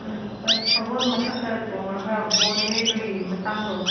ꯑꯥ ꯁꯥꯒꯣꯟ ꯃꯊꯛꯇ ꯇꯣꯡꯂꯒ ꯕꯣꯜ ꯌꯩꯕꯒꯤ ꯃꯇꯥꯡꯗꯣ